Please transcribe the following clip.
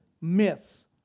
myths